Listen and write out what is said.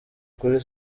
kuri